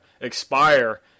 expire